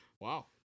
wow